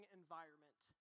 environment